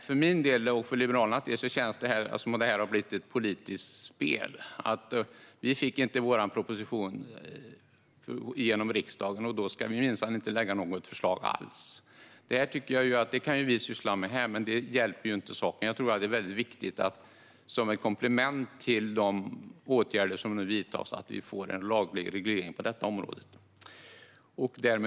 För min och Liberalernas del känns det som att detta har blivit ett politiskt spel där man säger att eftersom man inte fick igenom sin proposition i riksdagen ska man minsann inte lägga fram något förslag alls. Det kan vi syssla med här, men det hjälper ju inte saken. Som ett komplement till de åtgärder som nu vidtas är det viktigt att det blir en laglig reglering på detta område.